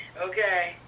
Okay